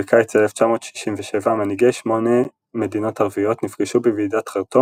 בקיץ 1967 מנהיגי שמונה מדינות ערביות נפגשו בוועידת חרטום